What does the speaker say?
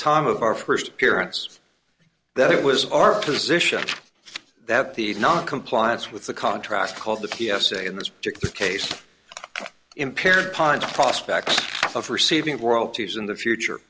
time of our first appearance that it was our position that the noncompliance with the contract called the p s a in this particular case impaired pons prospect of receiving world peace in the future